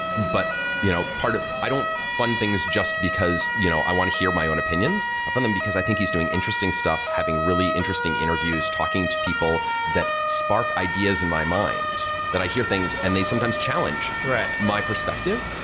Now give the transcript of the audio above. but you know part ah i don't fund things just because you know i want to hear my own opinions. i fund them because i think he's doing interesting stuff having really interesting interviews, talking to people that spark ideas in my mind that i hear things, and they sometimes challenge my perspective.